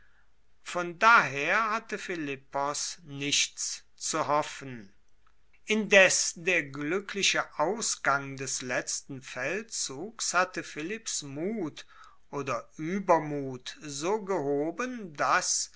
von daher hatte philippos nichts zu hoffen indes der glueckliche ausgang des letzten feldzugs hatte philipps mut oder uebermut so gehoben dass